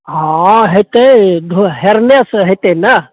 हॅं हेतै हेरने से हेतै ने